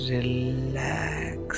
Relax